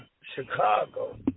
Chicago